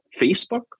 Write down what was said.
Facebook